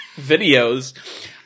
videos